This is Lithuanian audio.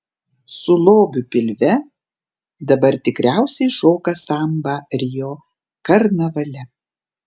su lobiu pilve dabar tikriausiai šoka sambą rio karnavale